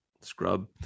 Scrub